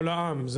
לא, לע"ם.